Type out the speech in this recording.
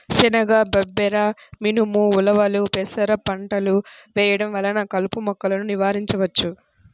శనగ, బబ్బెర, మినుము, ఉలవలు, పెసర పంటలు వేయడం వలన కలుపు మొక్కలను నివారించవచ్చు